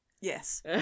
Yes